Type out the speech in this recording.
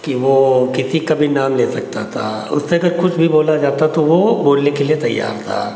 कि वह किसी का भी नाम ले सकता था उससे अगर कुछ भी बोला जाता तो वह बोलने के लिए तैयार था